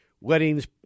Weddings